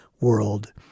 world